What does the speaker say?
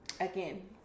Again